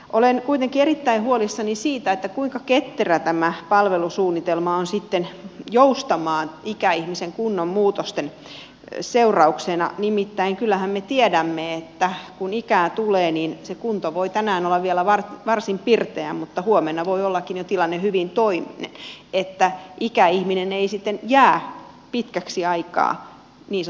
olen kuitenkin erittäin huolissani siitä kuinka ketterä tämä palvelusuunnitelma on joustamaan ikäihmisen kunnon muutosten seurauksena nimittäin kyllähän me tiedämme että kun ikää tulee niin kunto voi tänään olla vielä varsin pirteä mutta jo huomenna voi olla tilanne hyvin toinen niin että ikäihminen ei sitten jää pitkäksi aikaa niin sanotusti heitteille